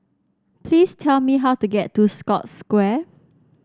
please tell me how to get to Scotts Square